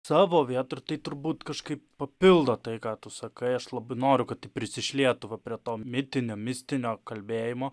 savo vietoj tai turbūt kažkaip papildo tai ką tu sakai aš labai noriu kad prisišlietų va prie to mitinio mistinio kalbėjimo